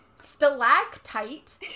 stalactite